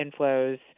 inflows